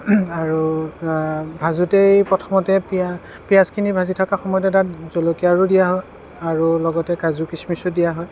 আৰু ভাজোঁতেই প্ৰথমতে পিয়া পিয়াঁজখিনি ভাজি থকা সময়তেই তাত জলকীয়াও দিয়া হয় আৰু লগতে কাজু খিচমিচো দিয়া হয়